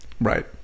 Right